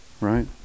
Right